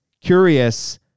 curious